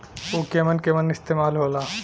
उव केमन केमन इस्तेमाल हो ला?